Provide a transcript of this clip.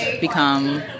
become